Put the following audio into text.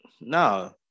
no